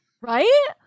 Right